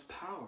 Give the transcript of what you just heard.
power